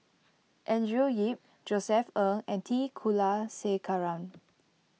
Andrew Yip Josef Ng and T Kulasekaram